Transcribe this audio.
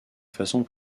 façon